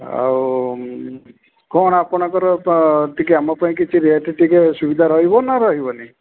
ଆଉ କ'ଣ ଆପଣଙ୍କର ପା ଟିକେ ଆମ ପାଇଁ କିଛି ରେଟ୍ ଟିକେ ସୁବିଧା ରହିବ ନା ରହିବ ନାଇଁ